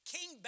King